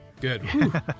Good